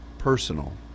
personal